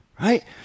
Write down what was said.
right